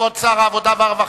כבוד שר הרווחה